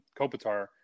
Kopitar